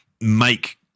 make